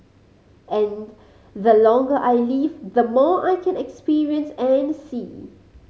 and the longer I live the more I can experience and see